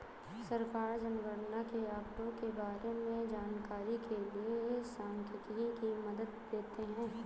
सरकार जनगणना के आंकड़ों के बारें में जानकारी के लिए सांख्यिकी की मदद लेते है